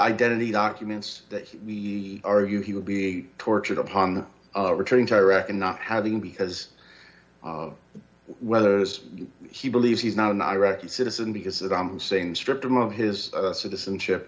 identity documents that we are you he will be tortured upon returning to iraq and not having because of whether he believes he's not an iraqi citizen because saddam hussein stripped him of his citizenship